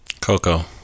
Coco